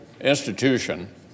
institution